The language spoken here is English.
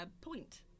point